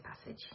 passage